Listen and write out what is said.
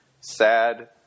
sad